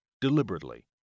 deliberately